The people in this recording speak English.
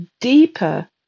deeper